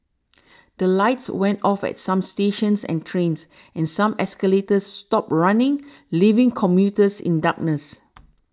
the lights went off at some stations and trains and some escalators stopped running leaving commuters in darkness